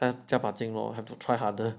加把劲咯 have to try harder